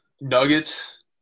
nuggets